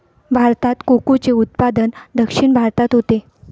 भारतात कोकोचे उत्पादन दक्षिण भारतात होते